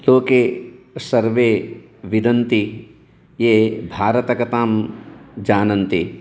लोके सर्वे विदन्ति ये भारतकथां जानन्ति